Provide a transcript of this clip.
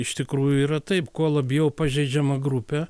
iš tikrųjų yra taip kuo labiau pažeidžiama grupė